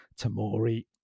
Tamori